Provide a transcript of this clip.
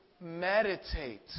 meditate